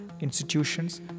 institutions